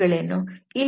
ಇಲ್ಲಿ F⋅ndσ ಇದೆ